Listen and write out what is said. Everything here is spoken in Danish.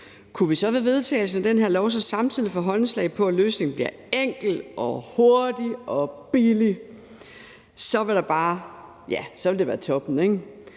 Kunne vi så ved vedtagelsen af det her lovforslag samtidig få håndslag på, at løsningen bliver enkel, hurtig og billig, så ville det bare være toppen.